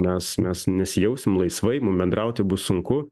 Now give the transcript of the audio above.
mes mes nesijausim laisvai mum bendrauti bus sunku